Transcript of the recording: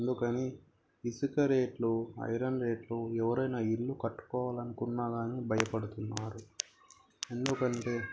అందుకని ఇసుక రేట్లు ఐరన్ రేట్లు ఎవరైనా ఇల్లు కట్టుకోవాలి అనుకున్నా కానీ భయపడుతున్నారు ఎందుకంటే